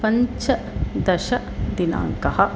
पञ्चदशदिनाङ्कः